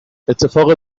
اتفاق